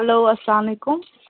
hello اسلام علیکم